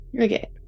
Okay